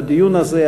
בדיון הזה,